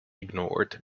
ignored